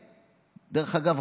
דרך אגב,